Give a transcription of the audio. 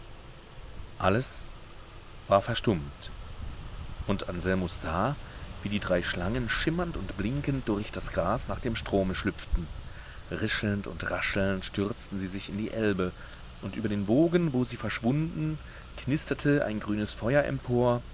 alles war verstummt und anselmus sah wie die drei schlangen schimmernd und blinkend durch das gras nach dem strome schlüpften rischelnd und raschelnd stürzten sie sich in die elbe und über den wogen wo sie verschwunden knisterte ein grünes feuer empor